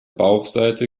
bauchseite